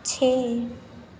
छह